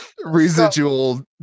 Residual